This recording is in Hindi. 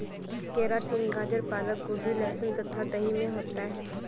केराटिन गाजर पालक गोभी लहसुन तथा दही में होता है